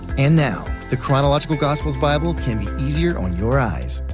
and now, the chronological gospels bible can be easier on your eyes.